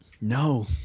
No